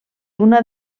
una